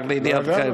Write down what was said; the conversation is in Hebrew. רק לידיעתכם.